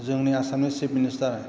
जोंनि आसामनि chief minister